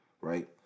Right